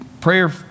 prayer